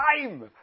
time